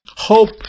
Hope